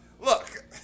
Look